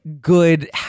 good